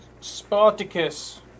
Spartacus